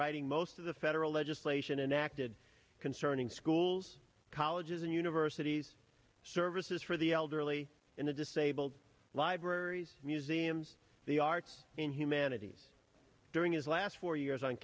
writing most of the federal legislation enacted concerning schools colleges and universities services for the elderly and the disabled libraries museums the arts and humanities during his last four years on